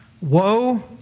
Woe